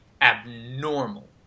abnormal